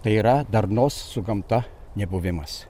tai yra darnos su gamta nebuvimas